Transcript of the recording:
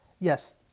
yes